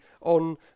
on